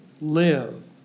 live